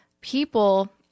people